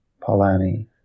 Polanyi